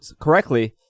correctly